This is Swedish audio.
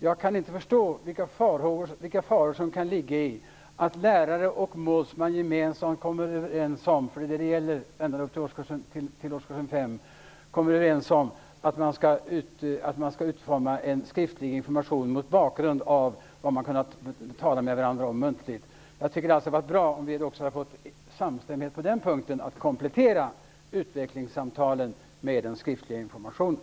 Jag kan inte förstå vilka faror som kan ligga i att lärare och målsman ända upp till årskurs fem gemensamt kommer överens om att man skall utforma en skriftlig information mot bakgrund av vad man har kunnat tala med varandra om muntligt. Det hade varit bra om vi också hade fått samstämmighet på den punkten, dvs. att komplettera utvecklingssamtalen med en skriftlig information.